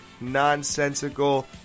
nonsensical